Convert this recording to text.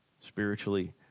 spiritually